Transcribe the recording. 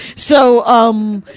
so umm,